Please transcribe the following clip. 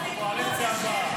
בקואליציה הבאה.